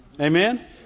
Amen